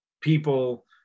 people